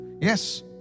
Yes